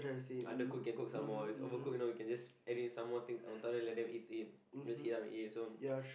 undercook can cook some more it's overcooked you know you can just add in some more things on top then let them eat it just heat up and eat so